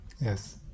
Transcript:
Yes